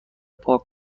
پاک